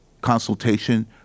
consultation